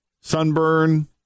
sunburn